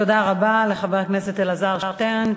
תודה רבה לחבר הכנסת אלעזר שטרן.